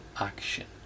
action